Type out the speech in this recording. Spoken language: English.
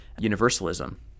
universalism